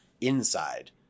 inside